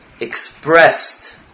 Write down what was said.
expressed